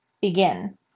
Begin